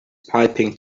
piping